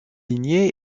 lignée